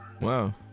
wow